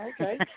okay